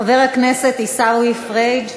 חבר הכנסת עיסאווי פריג'